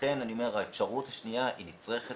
לכן אני אומר שהאפשרות השנייה נצרכת